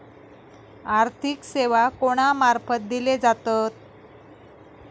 आर्थिक सेवा कोणा मार्फत दिले जातत?